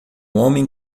homem